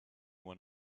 one